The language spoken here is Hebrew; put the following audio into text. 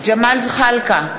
ג'מאל זחאלקה,